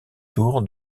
tour